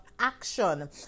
Action